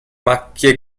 macchie